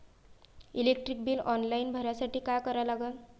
Electric bill online भरासाठी का करा लागन?